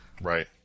Right